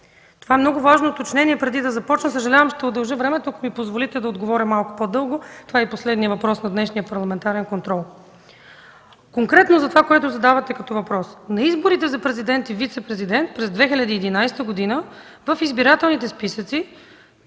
Това е много важно уточнение, преди да започна. Съжалявам, ще удължа времето, ако ми позволите да отговоря малко по-дълго. Това е последният въпрос в днешния парламентарен контрол. Конкретно за това, което задавате като въпрос. На изборите за президент и вицепрезидент през 2011 г. в избирателните списъци